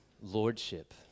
lordship